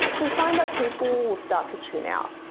you'll find that people will start to tune out.